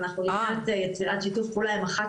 אנחנו לקראת תפירת שיתוף פעולה עם אחת